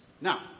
Now